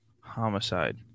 homicide